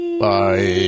Bye